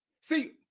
See